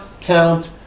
count